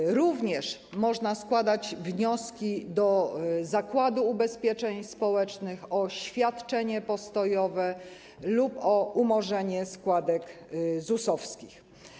Można również składać wnioski do Zakładu Ubezpieczeń Społecznych o świadczenie postojowe lub o umorzenie składek ZUS-owskich.